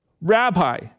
Rabbi